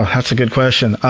ah that's a good question.